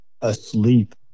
asleep